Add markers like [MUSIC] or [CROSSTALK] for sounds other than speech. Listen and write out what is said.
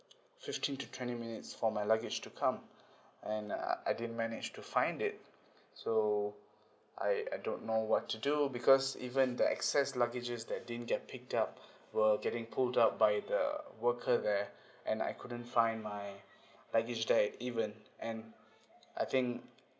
fifteen to twenty minutes for my luggage to come [BREATH] and I I didn't managed to find it [BREATH] so I I don't know what to do because even the excess luggages that didn't get picked up were getting pulled up by the worker there [BREATH] and I couldn't find my luggage there even and I think